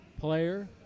player